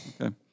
Okay